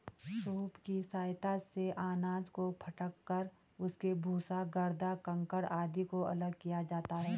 soup की सहायता से अनाज को फटक कर उसके भूसा, गर्दा, कंकड़ आदि को अलग किया जाता है